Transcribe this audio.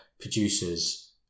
producers